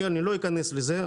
אני לא אכנס לזה,